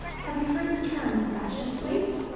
have you heard the term fashion plate?